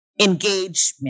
engagement